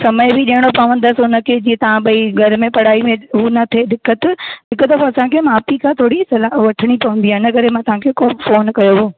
समय बि ॾियणो पवंदसि उन खे जीअं तव्हां ॿई घर में पढ़ाईअ में हूअ न थिए दिक़त हिकु दफ़ो असांखे माउ पीउ खां थोरी सलाह वठिणी पवंदी आहे इन करे मां तव्हां खे फोन कयो हो